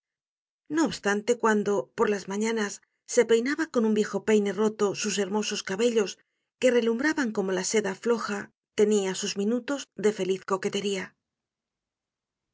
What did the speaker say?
no obstante cuando por las mañanas se peinaba con un viejo peine roto sus hermosos cabellos que relumbraban como la seda floja tenia sus minutos de feliz coquetería